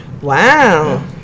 Wow